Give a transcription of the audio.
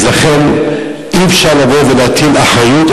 אי-אפשר לבוא ולהטיל אחריות,